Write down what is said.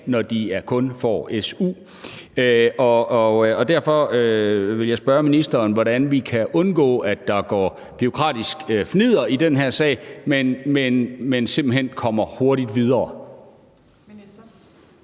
når de kun får su. Derfor vil jeg spørge ministeren, hvordan vi kan undgå, at der går bureaukratisk fnidder i den her sag, og simpelt hen kommer hurtigt videre. Kl.